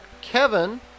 Kevin